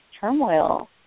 turmoil